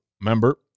member